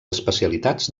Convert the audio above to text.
especialitats